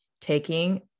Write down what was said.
taking